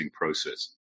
process